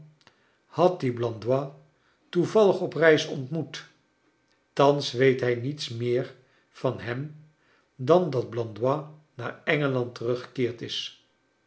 liad dien blandois toevallig op reis ontmoet thans weet hij niets meer van hem dan dat blandois naar engeland teruggekeerd is